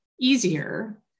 easier